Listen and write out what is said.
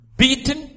beaten